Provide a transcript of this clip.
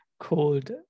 called